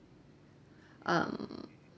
um